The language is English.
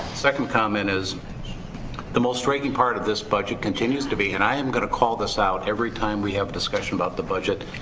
second comment is the most striking part of this budget continues to be, and i am going to call this out every time we have discussion about the budget,